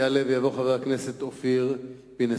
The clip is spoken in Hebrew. יעלה ויבוא חבר הכנסת אופיר פינס-פז,